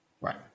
Right